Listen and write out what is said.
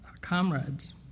comrades